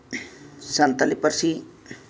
ᱥᱟᱱᱛᱟᱲᱤ ᱯᱟᱹᱨᱥᱤ